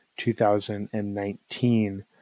2019